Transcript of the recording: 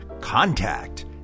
contact